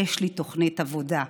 יש לי תוכנית עבודה,